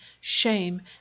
shame